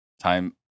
time